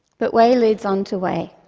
but way leads on to way.